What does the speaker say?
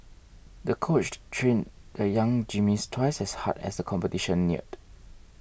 the coach trained the young gymnast twice as hard as the competition neared